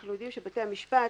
אנחנו יודעים שבתי המשפט,